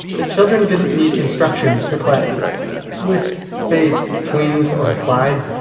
that children didn't need instructions to play with say swings or a slide.